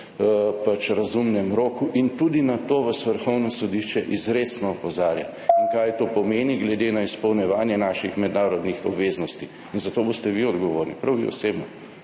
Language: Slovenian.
v razumnem roku in tudi na to vas Vrhovno sodišče izrecno opozarja, in kaj to pomeni glede na izpolnjevanje naših mednarodnih obveznosti. Za to boste vi odgovorni, prav vi osebno,